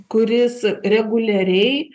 kuris reguliariai